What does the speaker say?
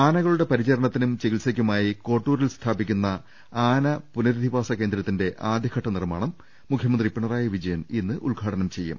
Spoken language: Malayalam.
ആനകളുടെ പരിചരണത്തിനും ചികിത്സയ്ക്കുമായി കോട്ടൂരിൽ സ്ഥാപിക്കുന്ന ആന പുനരധിവാസ കേന്ദ്ര ത്തിന്റെ ആദ്യഘട്ട നിർമ്മാണം മുഖ്യമന്ത്രി പ്പിണറായി വിജ യൻ ഇന്ന് ഉദ്ഘാടനം ചെയ്യും